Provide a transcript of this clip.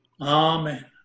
Amen